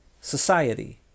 society